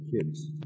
kids